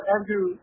Andrew